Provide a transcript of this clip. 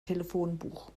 telefonbuch